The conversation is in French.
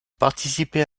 participait